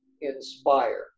inspire